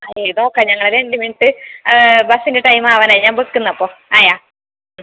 അതെ നോക്കാം ഞങ്ങൾ രണ്ട് മിനിറ്റ് ബസ്സിൻ്റെ ടൈമ് ആവാൻ ആയി ഞാൻ വെക്കുന്നു അപ്പോൾ ആയോ